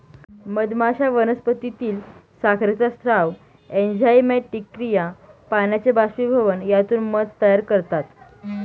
मधमाश्या वनस्पतीतील साखरेचा स्राव, एन्झाइमॅटिक क्रिया, पाण्याचे बाष्पीभवन यातून मध तयार करतात